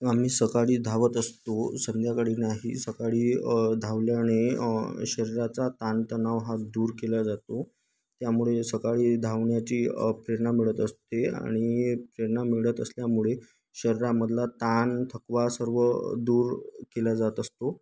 आम्ही सकाळी धावत असतो संध्याकाळी नाही सकाळी धावल्याने शरीराचा ताणतणाव हा दूर केला जातो त्यामुळे सकाळी धावण्याची प्रेरणा मिळत असते आणि प्रेरणा मिळत असल्यामुळे शरीरामधला ताण थकवा सर्व दूर केला जात असतो